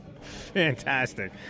fantastic